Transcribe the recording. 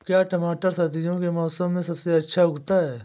क्या टमाटर सर्दियों के मौसम में सबसे अच्छा उगता है?